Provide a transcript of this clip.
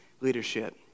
leadership